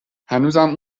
هنوزم